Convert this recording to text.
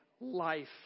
life